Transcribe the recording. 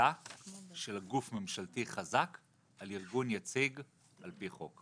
סחיטה של גוף ממשלתי חזק על ארגון יציג על פי חוק,